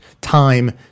time